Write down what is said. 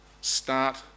start